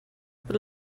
per